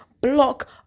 block